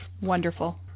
Wonderful